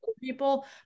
people